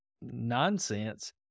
nonsense